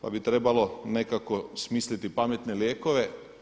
Pa bi trebalo nekako smisliti pametne lijekove.